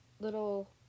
Little